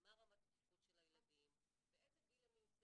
מה רמת התפקוד של הילדים, באיזה גיל הם נמצאים.